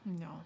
no